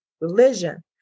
religion